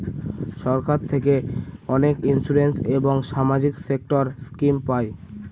সরকার থেকে অনেক ইন্সুরেন্স এবং সামাজিক সেক্টর স্কিম পায়